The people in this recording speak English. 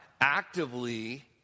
actively